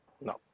no